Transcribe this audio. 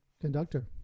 Conductor